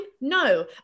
No